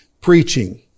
preaching